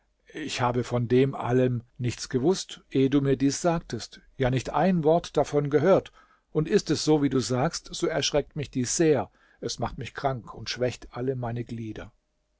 ich habe von dem allem nichts gewußt ehe du mir dies sagtest ja nicht ein wort davon gehört und ist es so wie du sagst so erschreckt mich dies sehr es macht mich krank und schwächt alle meine glieder